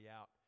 out